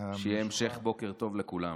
שיהיה המשך בוקר טוב לכולם.